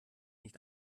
nicht